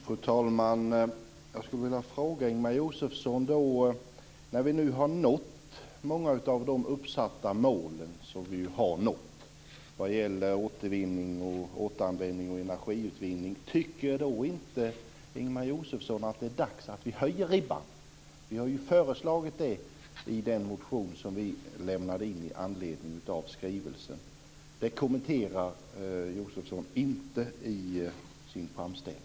Fru talman! Jag skulle vilja ställa en fråga till Ingemar Josefsson. När vi nu har nått många av de uppsatta målen vad gäller återvinning, återanvändnig och energiutvinning, tycker då inte Ingemar Josefsson att det är dags att vi höjer ribban? Det har vi ju föreslagit i den motion som vi väckte i anledning av skrivelsen. Det kommenterar Josefsson inte i sin framställning.